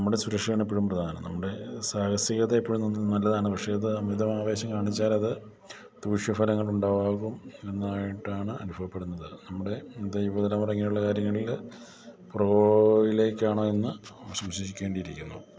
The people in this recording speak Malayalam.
നമ്മുടെ സുരക്ഷയാണ് എപ്പോഴും പ്രധാനം നമ്മുടെ സാഹസികത എപ്പോഴും നല്ലതാണ് പക്ഷേ അത് അമിതം ആവേശം കാണിച്ചാൽ അത് ദൂഷ്യ ഫലങ്ങളുണ്ടാകും എന്നായിട്ടാണ് അനുഭവപ്പെടുന്നത് നമ്മുടെ ദൈവതലമുറ ഇങ്ങനെയുള്ള കാര്യങ്ങളിൽ പുറകയിലേക്കാണോ എന്നു സംശയിക്കേണ്ടിരിക്കുന്നു